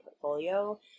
portfolio